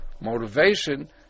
motivation